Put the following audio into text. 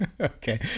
Okay